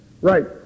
Right